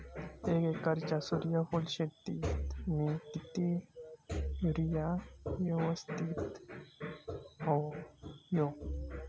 एक एकरच्या सूर्यफुल शेतीत मी किती युरिया यवस्तित व्हयो?